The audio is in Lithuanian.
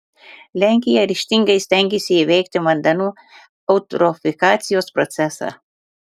lenkija ryžtingai stengiasi įveikti vandenų eutrofikacijos procesą